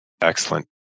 Excellent